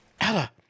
Ella